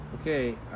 Okay